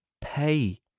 pay